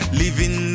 living